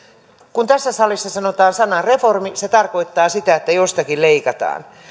kun tässä salissa sanotaan sana reformi se tarkoittaa sitä että jostakin leikataan